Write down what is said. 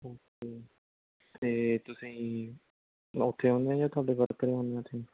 okay ਅਤੇ ਤੁਸੀਂ ਉੱਥੇ ਹੁੰਦੇ ਹੋ ਜਾਂ ਤੁਹਾਡੇ ਵਰਕਰ ਹੀ ਹੁੰਦੇ ਆ ਉੱਥੇ